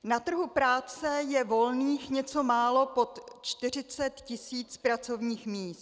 Na trhu práce je volných něco málo pod 40 tisíc pracovních míst.